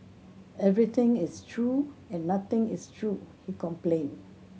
everything is true and nothing is true he complained